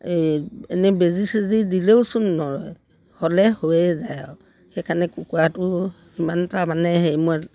এই এনেই বেজী চেজী দিলেওচোন নৰয় হ'লে হৈয়ে যায় আৰু সেইকাৰণে কুকুৰাটো সিমানটা মানে হেৰি মই